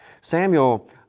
Samuel